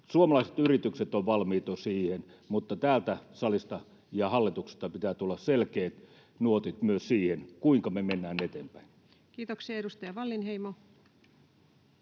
Suomalaiset yritykset ovat valmiita jo siihen, mutta täältä salista ja hallituksesta pitää tulla selkeät nuotit myös siihen, kuinka me mennään eteenpäin. [Speech 110] Speaker: